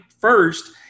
first